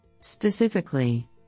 Specifically